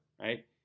right